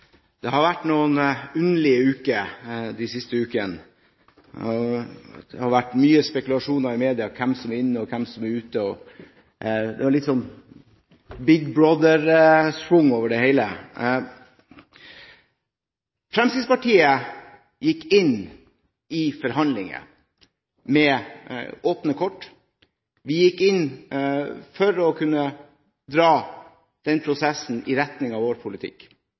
ukene har vært noen underlige uker. Det har vært mye spekulasjoner i media om hvem som er inne, og hvem som er ute. Det er litt «Big Brother-schwung» over det hele. Fremskrittspartiet gikk inn i forhandlingene med åpne kort. Vi gikk inn for å dra prosessen i retning av vår politikk.